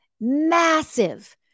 massive